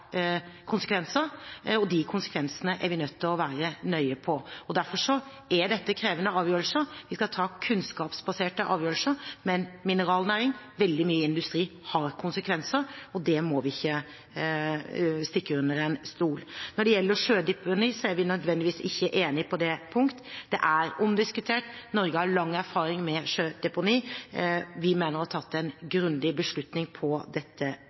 konsekvenser, og de konsekvensene er vi nødt til å være nøye på. Derfor er dette krevende avgjørelser. Vi skal ta kunnskapsbaserte avgjørelser, men mineralnæring og veldig mye industri har konsekvenser. Det må vi ikke stikke under en stol. Når det gjelder sjødeponi, er vi nødvendigvis ikke enige på det punkt. Det er omdiskutert. Norge har lang erfaring med sjødeponi. Vi mener å ha tatt en grundig beslutning på dette